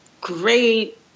great